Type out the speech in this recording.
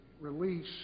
release